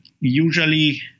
usually